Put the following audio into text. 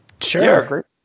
Sure